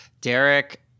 Derek